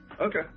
Okay